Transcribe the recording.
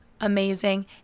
amazing